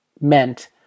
meant